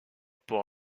pour